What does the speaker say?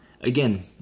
again